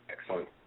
Excellent